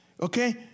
Okay